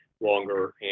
longer